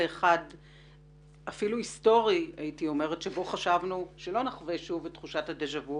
אחד אפילו היסטורי שבו חשבנו שלא נחווה שוב את תחושת ה-דז'ה וו